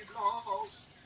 lost